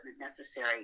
necessary